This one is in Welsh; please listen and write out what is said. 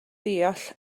deall